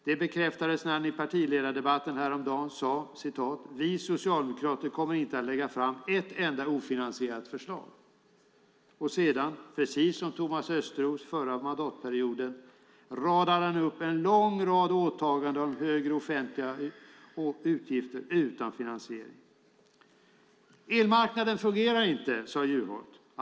Det bekräftades när han i partiledardebatten häromdagen sade: Vi, alltså Socialdemokraterna, kommer inte att lägga fram ett enda ofinansierat förslag. Sedan, precis som Thomas Östros förra mandatperioden, radade han upp en lång rad åtaganden om högre offentliga utgifter utan finansiering. Elmarknaden fungerar inte, sade Juholt.